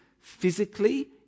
physically